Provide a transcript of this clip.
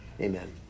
Amen